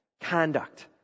Conduct